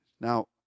Now